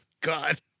God